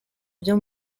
byo